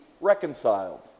reconciled